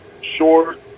short